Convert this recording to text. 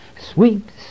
sweeps